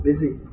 busy